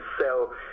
sell